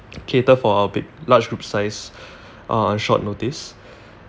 cater for our big large group size uh on short notice